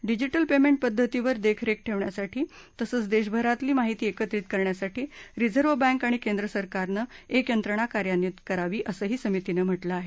digital payment पद्धतीवर देखरेख ठेवण्यासाठी तसंच देशभरातली माहिती एकत्रित करण्यासाठी रिझर्व्ह बँक आणि केंद्रसरकारनं एक यंत्रणा कार्यान्वित करावी असंही समितीनं म्हटलं आहे